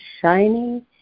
shiny